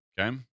Okay